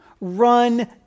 run